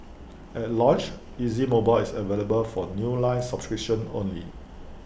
at launch easy mobile is available for new line subscriptions only